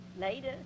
Later